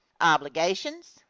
obligations